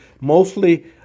Mostly